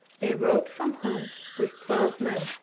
they rode from home with twelve men.